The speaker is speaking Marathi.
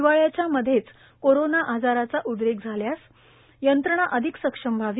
हिवाळ्याच्या मध्यामध्ये कोरोना आजाराचा उद्रेक झाल्यास यंत्रणा आणखी सक्षम व्हावी